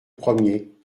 premier